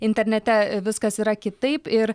internete viskas yra kitaip ir